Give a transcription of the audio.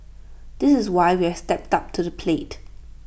this is why we've stepped up to the plate